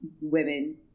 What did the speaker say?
women